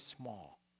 small